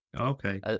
Okay